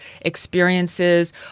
experiences